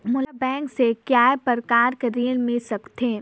मोला बैंक से काय प्रकार कर ऋण मिल सकथे?